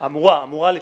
אמורה, אמורה לפעול.